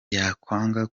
yakwanga